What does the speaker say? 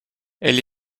elle